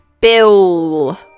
Bill